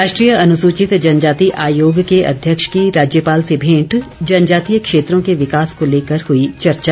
राष्ट्रीय अनुसूचित जनजाति आयोग के अध्यक्ष की राज्यपाल से भेंट जनजातीय क्षेत्रों के विकास को लेकर हुई चर्चा